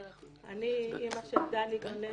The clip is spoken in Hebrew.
אני אימא של דני גונן,